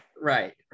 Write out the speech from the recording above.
Right